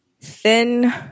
thin